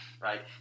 Right